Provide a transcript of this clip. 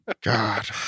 God